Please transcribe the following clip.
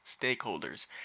stakeholders